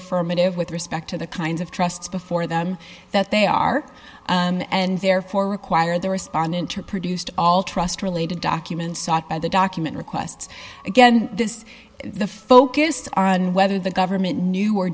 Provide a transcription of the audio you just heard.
affirmative with respect to the kinds of trusts before them that they are and therefore require the respondent to produced all trussed related documents sought by the document requests again this the focus on whether the government knew or